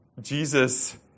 Jesus